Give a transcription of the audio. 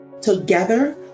Together